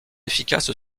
efficace